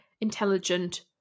intelligent